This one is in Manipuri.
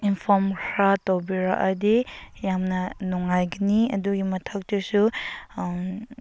ꯏꯟꯐꯣꯝ ꯈꯔ ꯇꯧꯕꯤꯔꯛ ꯑꯗꯤ ꯌꯥꯝꯅ ꯅꯨꯡꯉꯥꯏꯒꯅꯤ ꯑꯗꯨꯒꯤ ꯃꯊꯛꯇꯁꯨ